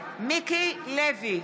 מיקי לוי,